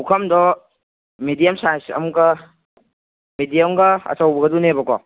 ꯄꯨꯈꯝꯗꯣ medium size ꯑꯃꯒ ꯃꯦꯗꯤꯌꯝꯒ ꯑꯆꯧꯕꯒꯗꯨꯅꯦꯕꯀꯣ